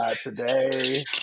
today